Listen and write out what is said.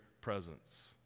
presence